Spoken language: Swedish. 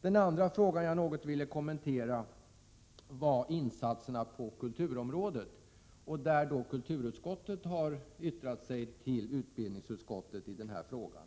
Den andra fråga jag vill kommentera är insatserna på kulturområdet. Kulturutskottet har yttrat sig till utbildningsutskottet i den frågan.